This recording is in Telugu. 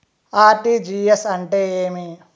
ఆర్.టి.జి.ఎస్ అంటే ఏమి?